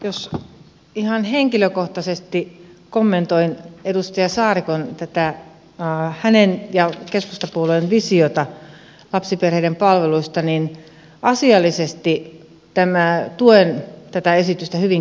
jos ihan henkilökohtaisesti kommentoin edustaja saarikon ja keskustapuolueen visiota lapsiperheiden palveluista niin asiallisesti tuen tätä esitystä hyvinkin pitkälle